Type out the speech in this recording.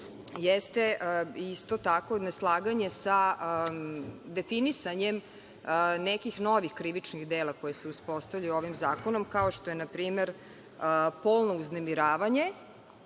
Postoji isto tako neslaganje sa definisanjem nekih novih krivičnih dela koja se uspostavljaju ovim zakonom, kao što je npr. polno uznemiravanje.